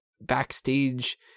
backstage